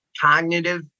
cognitive